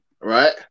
Right